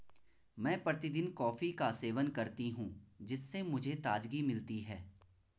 मैं प्रतिदिन कॉफी का सेवन करती हूं जिससे मुझे ताजगी मिलती है